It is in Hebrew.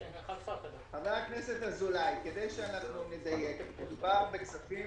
חבר הכנסת אזולאי, כדי שאנחנו נדייק, מדובר בכספים